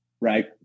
right